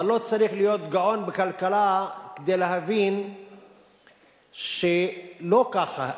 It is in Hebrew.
אבל לא צריך להיות גאון בכלכלה כדי להבין שלא ככה,